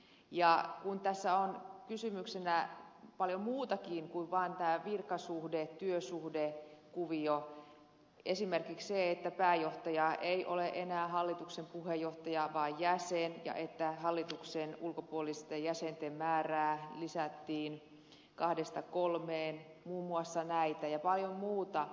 ja tässä on kysymyksenä paljon muutakin kuin vaan tämä virkasuhde työsuhdekuvio esimerkiksi se että pääjohtaja ei ole enää hallituksen puheenjohtaja vaan jäsen ja että hallituksen ulkopuolisten jäsenten määrää lisättiin kahdesta kolmeen muun muassa näitä ja paljon muuta